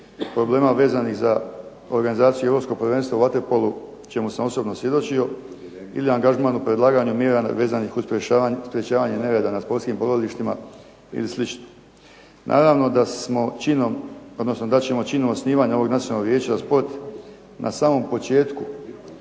problema vezanih za organizaciju europskog prvenstva u vaterpolu čemu sam osobno svjedočio ili angažman u predlaganju mjera vezanih uz sprečavanje nereda na sportskim borilištima ili slično. Naravno da smo činom odnosno da ćemo činom osnivanja ovog nacionalnog vijeća za sport na samom početku